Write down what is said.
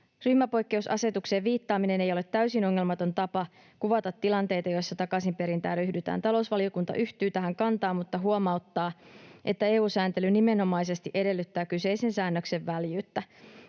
Ryhmäpoikkeusasetukseen viittaaminen ei ole täysin ongelmaton tapa kuvata tilanteita, joissa takaisinperintään ryhdytään. Talousvaliokunta yhtyy tähän kantaan, mutta huomauttaa, että EU-sääntely nimenomaisesti edellyttää kyseisen säännöksen väljyyttä.